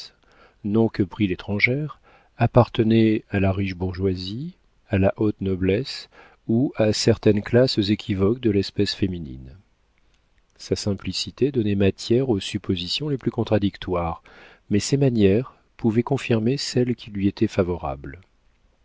que prit l'étrangère appartenait à la riche bourgeoisie à la haute noblesse ou à certaines classes équivoques de l'espèce féminine sa simplicité donnait matière aux suppositions les plus contradictoires mais ses manières pouvaient confirmer celles qui lui étaient favorables